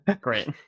great